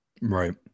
Right